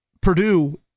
Purdue